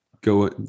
go